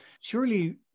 Surely